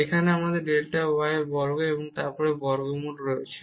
এখানে আমাদের delta y বর্গ এবং তারপর বর্গমূল আছে